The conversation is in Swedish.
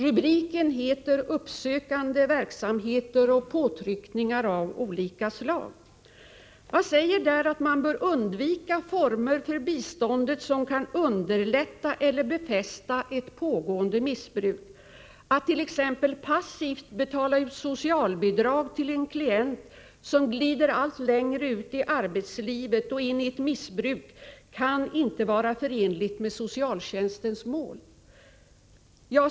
Rubriken lyder ”Uppsökande verksamhet och påtryckningar av olika slag”. Det sägs där att man bör undvika former för biståndet som kan underlätta eller befästa ett pågående missbruk. Att t.ex. passivt betala ut socialbidrag till en klient som glider allt längre bort från arbetslivet och in i ett missbruk kan inte vara förenligt med socialtjänstens mål.